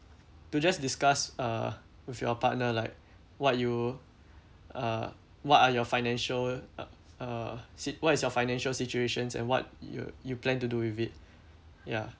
to just discuss uh with your partner like what you uh what are your financial uh uh sit~ what is your financial situations and what you you plan to do with it ya